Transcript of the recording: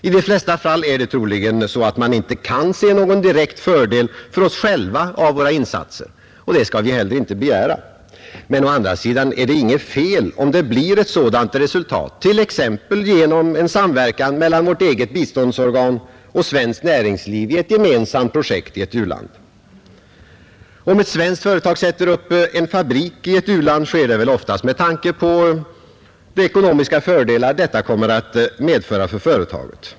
I de flesta fall är det troligen så, att man inte kan se någon direkt fördel för oss själva av våra insatser, och det skall vi inte heller begära. Men å andra sidan är det inget fel om det blir ett sådant resultat, t.ex. genom samverkan mellan vårt eget biståndsorgan och svenskt näringsliv i ett projekt i ett u-land. Om ett svenskt företag sätter upp en fabrik i ett u-land, sker det väl oftast med tanke på de ekonomiska fördelar som detta kommer att medföra för företaget.